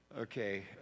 Okay